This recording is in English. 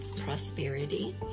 prosperity